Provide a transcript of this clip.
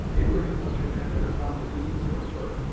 abraham lincoln entered upon the duties of a clerk,